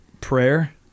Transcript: prayer